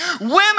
Women